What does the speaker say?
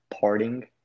parting